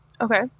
Okay